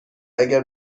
اگر